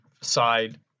side